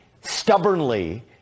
stubbornly